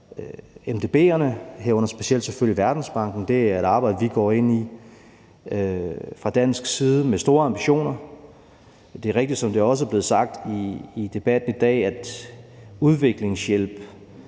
MDB'erne, herunder specielt selvfølgelig Verdensbanken. Det er et arbejde, vi fra dansk side går ind i med store ambitioner. Det er jo rigtigt, som det også er blevet sagt i debatten i dag, at udviklingshjælp